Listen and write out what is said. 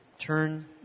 turn